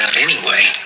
anyway